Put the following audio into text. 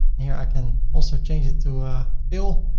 and here i can also change it to pill.